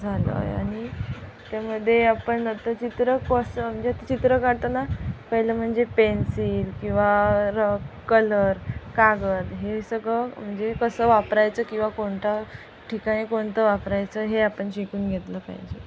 झालं आहे आणि त्यामध्ये आपण आता चित्र कसं म्हणजे चित्र काढताना पहिलं म्हणजे पेन्सिल किंवा र कलर कागद हे सगळं म्हणजे कसं वापरायचं किंवा कोणतं ठिकाणी कोणतं वापरायचं हे आपण शिकून घेतलं पाहिजे